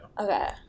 Okay